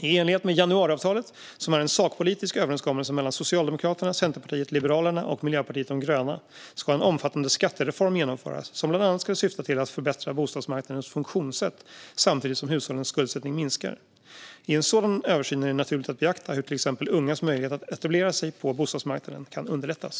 I enlighet med januariavtalet, som är en sakpolitisk överenskommelse mellan Socialdemokraterna, Centerpartiet, Liberalerna och Miljöpartiet de gröna, ska en omfattande skattereform genomföras som bland annat ska syfta till att förbättra bostadsmarknadens funktionssätt samtidigt som hushållens skuldsättning minskar. I en sådan översyn är det naturligt att beakta hur till exempel ungas möjlighet att etablera sig på bostadsmarknaden kan underlättas.